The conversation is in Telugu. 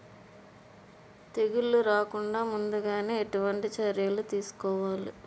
తెగుళ్ల రాకుండ ముందుగానే ఎటువంటి చర్యలు తీసుకోవాలి?